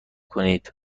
کنید